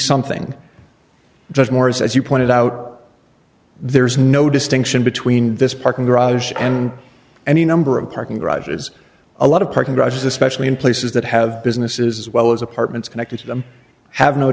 something just more as you pointed out there is no distinction between this parking garage and any number of parking garages a lot of parking garages especially in places that have businesses as well as apartments connected to them have no